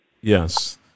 Yes